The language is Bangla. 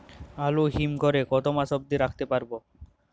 আলু হিম ঘরে কতো মাস অব্দি রাখতে পারবো?